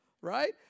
Right